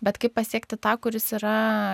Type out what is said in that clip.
bet kaip pasiekti tą kuris yra